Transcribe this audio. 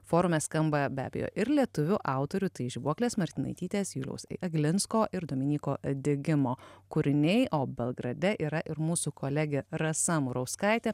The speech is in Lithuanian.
forume skamba be abejo ir lietuvių autorių tai žibuoklės martinaitytės juliaus aglinsko ir dominyko digimo kūriniai o belgrade yra ir mūsų kolegė rasa murauskaitė